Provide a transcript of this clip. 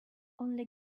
only